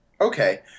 Okay